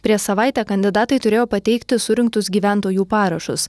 prieš savaitę kandidatai turėjo pateikti surinktus gyventojų parašus